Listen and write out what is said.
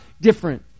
different